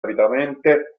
avidamente